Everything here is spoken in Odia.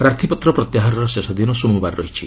ପ୍ରାର୍ଥୀପତ୍ର ପ୍ରତ୍ୟାହାରର ଶେଷ ଦିନ ସୋମବାର ରହିଛି